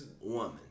woman